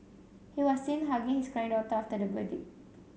he was seen hugging his crying daughter after the verdict